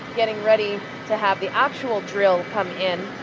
getting ready to have the actual drill come in.